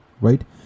right